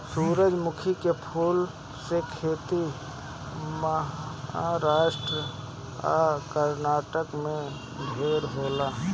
सूरजमुखी के फूल के खेती महाराष्ट्र आ कर्नाटक में ढेर होखेला